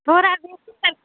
थोरा बेशी कर